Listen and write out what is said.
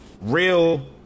real